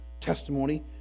testimony